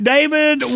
David